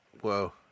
Whoa